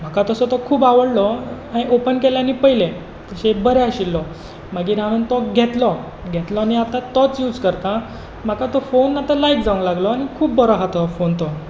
म्हाका तसो तो खूब आवडलो मागीर ओपन केलें आनी पयलें तशें बरें आशिल्लो मागीर हांवें तो घेतलो घेतलो आनी आतां तोच यूज करता म्हाका तो फोन आतां लायक जावंक लागलो आनी खूब बरो हा तोहो फोन तो